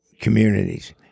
communities